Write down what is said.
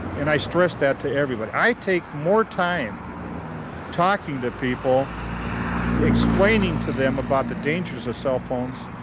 and i stress that to everybody. i take more time talking to people explaning to them about the dangers of cell phones,